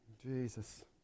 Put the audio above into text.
Jesus